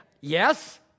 Yes